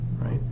right